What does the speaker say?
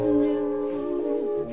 news